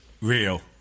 Real